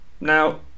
Now